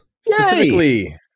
Specifically